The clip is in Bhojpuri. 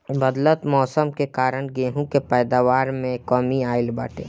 बदलत मौसम के कारण गेंहू के पैदावार में कमी आइल बाटे